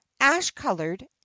ash-colored